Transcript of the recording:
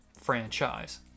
franchise